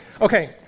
Okay